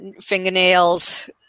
fingernails